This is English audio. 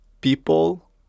people